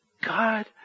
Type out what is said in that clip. God